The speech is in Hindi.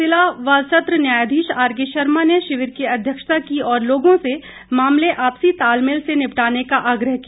जिला व सत्र न्यायाधीश आरके शर्मा ने शिविर की अध्यक्षता की और लोगों से मामले आपसी तालमेल से निपटाने का आग्रह किया